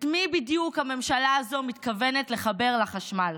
את מי בדיוק הממשלה הזו מתכוונת לחבר לחשמל?